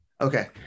Okay